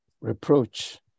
Reproach